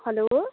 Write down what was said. hello